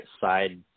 side